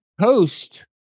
post